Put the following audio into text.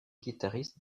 guitariste